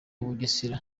bugesera